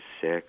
sick